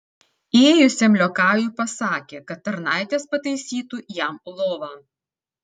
įėjusiam liokajui pasakė kad tarnaitės pataisytų jam lovą